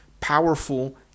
powerful